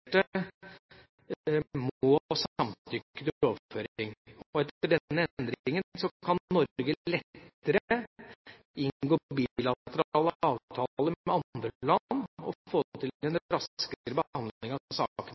må samtykke til overføring. Etter denne endringen kan Norge lettere inngå bilaterale avtaler med andre land og få til